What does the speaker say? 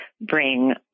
bring